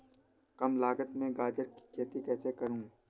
कम लागत में गाजर की खेती कैसे करूँ?